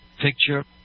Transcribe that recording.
picture